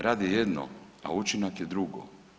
Rad je jedno, a učinak je drugo.